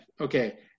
okay